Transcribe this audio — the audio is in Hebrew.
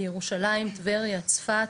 ירושלים, טבריה, צפת,